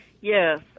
Yes